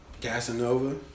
Casanova